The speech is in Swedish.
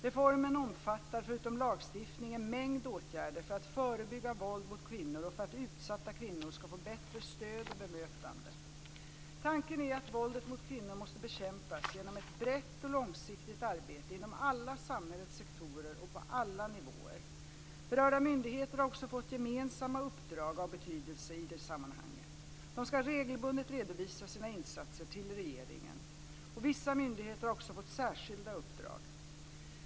Reformen omfattar, förutom lagstiftning, en mängd åtgärder för att förebygga våld mot kvinnor och för att utsatta kvinnor ska få ett bättre stöd och bemötande. Tanken är att våldet mot kvinnor måste bekämpas genom ett brett och långsiktigt arbete inom alla samhällets sektorer och på alla nivåer. Berörda myndigheter har också fått gemensamma uppdrag av betydelse i detta sammanhang. De ska regelbundet redovisa sina insatser till regeringen. Vissa myndigheter har också fått särskilda uppdrag.